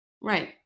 Right